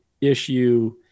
issue